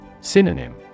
Synonym